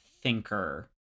thinker